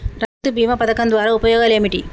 రైతు బీమా పథకం ద్వారా ఉపయోగాలు ఏమిటి?